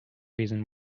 reason